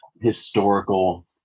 historical